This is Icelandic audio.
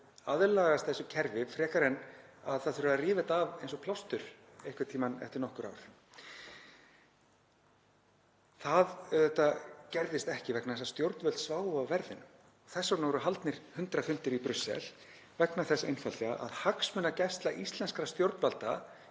að aðlagast kerfinu frekar en að það þurfi að rífa þetta af eins og plástur einhvern tímann eftir nokkur ár? Það gerðist ekki vegna þess að stjórnvöld sváfu á verðinum. Þess vegna voru haldnir 100 fundir í Brussel, vegna þess einfaldlega að hagsmunagæsla íslenskra stjórnvalda